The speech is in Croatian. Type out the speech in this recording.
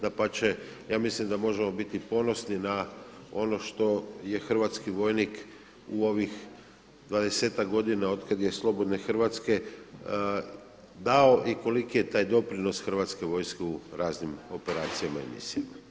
Dapače ja mislim da možemo biti ponosni na ono što je hrvatski vojnik u ovih 20-ak godina otkada je slobodne Hrvatske dao i koliki je taj doprinos Hrvatske vojske u raznim operacijama i misijama.